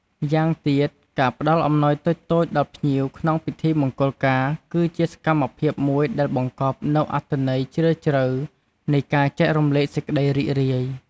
ម៉្យាងទៀត ការផ្តល់អំណោយតូចៗដល់ភ្ញៀវក្នុងពិធីមង្គលការ គឺជាសកម្មភាពមួយដែលបង្កប់នូវអត្ថន័យជ្រាលជ្រៅនៃការចែករំលែកសេចក្តីរីករាយ។